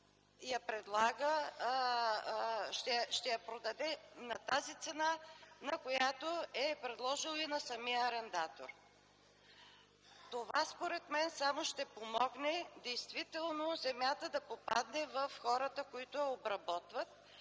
ще я продаде на тази цена, на която я е предложил и на самия арендатор. Това според мен само ще помогне действително земята да попадне в хората, които я обработват